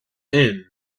end